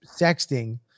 sexting